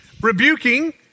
rebuking